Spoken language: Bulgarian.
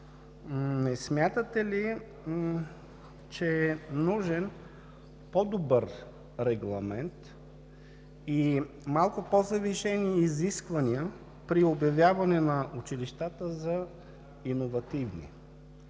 Не смятате ли, че е нужен по-добър регламент и малко по-завишени изисквания при обявяване на училищата за иновативни?